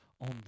on